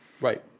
Right